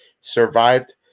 survived